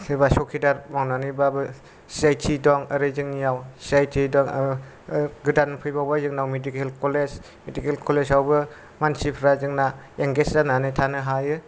सोरबा सुकेडार मावनानै बाबो सि आइ टि दं जेरै जोंनियाव आरो गोदान फैबावबाय जोंनियाव मिडिकेल कलेज मिडिकेल कलेजावबो मानसिफ्रा जोंना एंगेजेड जानानै थानो हायो